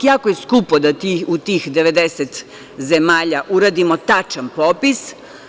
Jako je skupo da u tih 90 zemalja uradimo tačan popis.